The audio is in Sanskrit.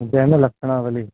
ज्ञानलक्षणावली